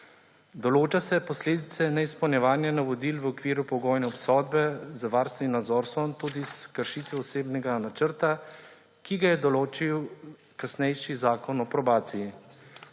Določa se posledice neizpolnjevanja navodil v okviru pogojne obsodbe z varstvenim nadzorstvom tudi s kršitvijo osebnega načrta, ki ga je določil kasnejši Zakon o probaciji.